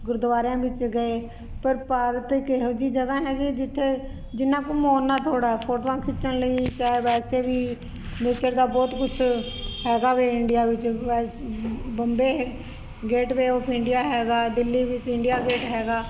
ਗੁਰਦਵਾਰਿਆਂ ਵਿੱਚ ਗਏ ਪਰ ਭਾਰਤ ਇੱਕ ਇਹੋ ਜਿਹੀ ਜਗ੍ਹਾ ਹੈਗੀ ਜਿੱਥੇ ਜਿੰਨਾ ਘੁੰਮੋ ਓਨਾ ਥੋੜਾ ਹੈ ਫੋਟੋਆਂ ਖਿੱਚਣ ਲਈ ਚਾਹੇ ਵੈਸੇ ਵੀ ਨੇਚਰ ਦਾ ਬਹੁਤ ਕੁਛ ਹੈਗਾ ਵੀ ਇੰਡੀਆ ਵਿੱਚ Bombay gateway of India ਹੈਗਾ ਦਿੱਲ੍ਹੀ ਵਿੱਚ ਇੰਡੀਆ ਗੇਟ ਹੈਗਾ